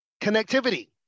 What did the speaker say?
connectivity